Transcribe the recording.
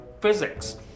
physics